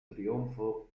trionfo